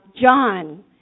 John